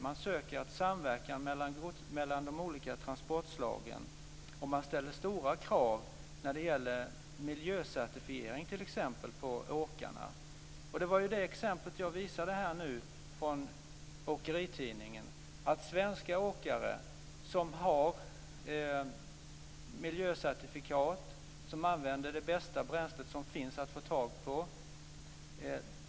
Man söker samverkan mellan de olika transportslagen, och man ställer stora krav när det gäller miljöcertifiering, t.ex., på åkarna. Det var det exemplet jag visade från åkeritidningen. Det finns svenska åkare som har miljöcertifikat och som använder det bästa bränslet som finns att få tag på.